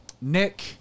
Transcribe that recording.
Nick